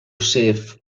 safe